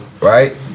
right